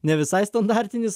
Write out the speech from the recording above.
ne visai standartinis